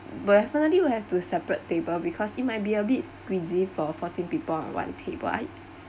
b~ definitely we'll have two separate table because it might be a bit squeezy for fourteen people on one table right